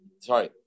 sorry